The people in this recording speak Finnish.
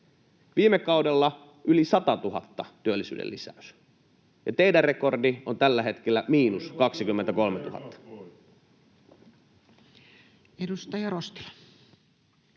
Viime kaudella työllisyyden lisäys oli yli 100 000. Ja teidän rekordi on tällä hetkellä miinus 23 000. Edustaja Rostila.